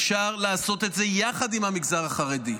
אפשר לעשות את זה יחד עם המגזר החרדי.